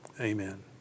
amen